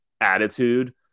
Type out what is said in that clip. attitude